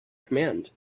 command